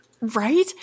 right